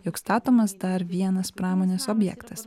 jog statomas dar vienas pramonės objektas